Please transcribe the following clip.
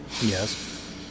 Yes